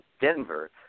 Denver